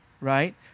right